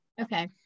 Okay